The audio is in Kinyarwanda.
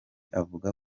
avuga